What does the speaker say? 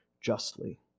justly